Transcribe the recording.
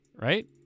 right